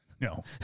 No